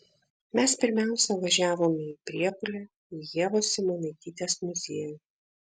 mes pirmiausia važiavome į priekulę į ievos simonaitytės muziejų